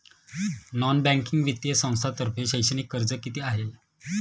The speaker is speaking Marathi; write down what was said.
नॉन बँकिंग वित्तीय संस्थांतर्फे शैक्षणिक कर्ज किती आहे?